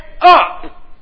up